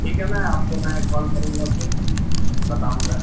ٹھیک ہے میں آپ کو میں کال کروں گا گھر بتاؤں گا